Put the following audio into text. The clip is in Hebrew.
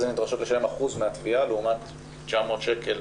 הן נדרשות לשלם אחוז מהתביעה לעומת 900 שקל,